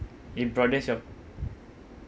it broadens your